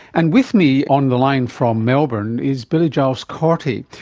and with me on the line from melbourne is billie giles-corti.